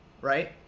right